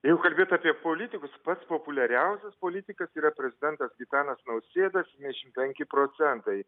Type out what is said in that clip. jeigu kalbėt apie politikus pats populiariausias politikas yra prezidentas gitanas nausėda septyndešim penki procentai